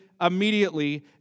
immediately